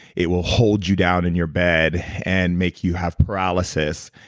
it will hold you down in your bed and make you have paralysis.